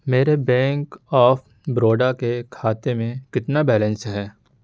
میرے bank of Baroda کے کھاتے میں کتنا بیلنس ہے